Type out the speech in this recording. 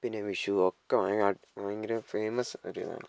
പിന്നെ വിഷു ഒക്കെ ഭയങ്കര അ ഭയങ്കര ഫേമസ് ഒരിതാണ്